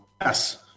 Yes